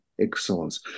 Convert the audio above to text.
excellence